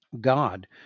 God